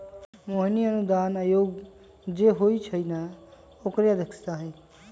मोहिनी अनुदान आयोग जे होई छई न ओकरे अध्यक्षा हई